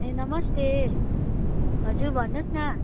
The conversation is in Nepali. ए नमस्ते हजुर भन्नुहोस् न